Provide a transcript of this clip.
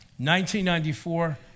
1994